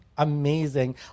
Amazing